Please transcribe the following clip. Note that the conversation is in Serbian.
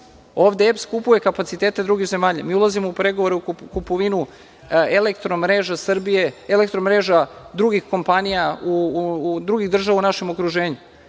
Ovde EPS kupuje kapacitete drugih zemalja. Ulazimo u pregovore za kupovinu elektromreža drugih kompanija, drugih država u našem okruženju